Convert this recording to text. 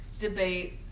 debate